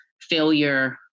failure